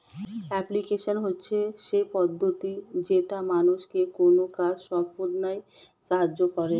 application হচ্ছে সেই পদ্ধতি যেটা মানুষকে কোনো কাজ সম্পদনায় সাহায্য করে